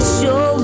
show